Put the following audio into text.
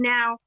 Now